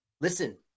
Listen